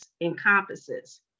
encompasses